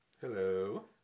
Hello